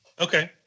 Okay